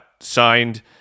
signed